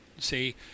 See